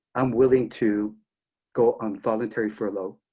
i'm willing to go on voluntary furlough.